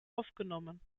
aufgenommen